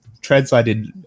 translated